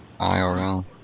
IRL